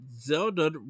zelda